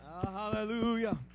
Hallelujah